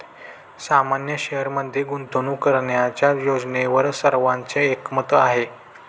सामान्य शेअरमध्ये गुंतवणूक करण्याच्या योजनेवर सर्वांचे एकमत आहे